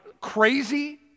crazy